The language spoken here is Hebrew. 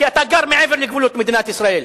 כי אתה גר מעבר לגבולות מדינת ישראל,